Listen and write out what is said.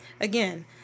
again